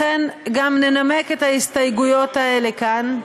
לכן גם ננמק את ההסתייגויות האלה כאן,